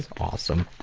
awesome.